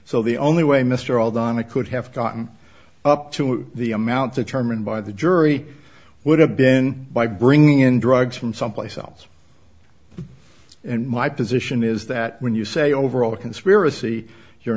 so the only way mr all donna could have gotten up to the amount the charmin by the jury would have been by bringing in drugs from someplace else and my position is that when you say overall conspiracy you're